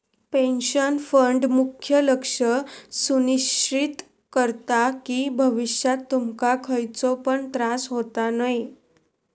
pension fund मुख्य लक्ष सुनिश्चित करता कि भविष्यात तुमका खयचो पण त्रास होता नये